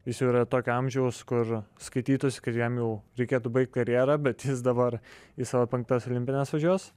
jis jau yra tokio amžiaus kur skaityųsi kad jam jau reikėtų baigt karjerą bet jis dabar į savo penktas olimpines važiuos